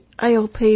ALP